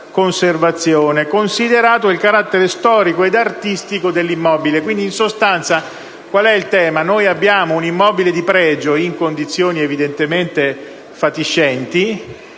buona conservazione. Considerato il carattere storico e artistico dell'immobile (...)». In sostanza, il punto è che noi abbiamo un immobile di pregio, in condizioni evidentemente fatiscenti;